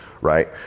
right